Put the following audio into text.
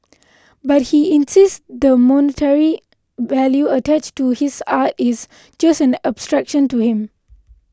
but he insists the monetary value attached to his art is just an abstraction to him